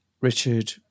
Richard